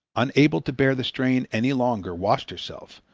unable to bear the strain any longer, washed herself,